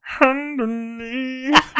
Underneath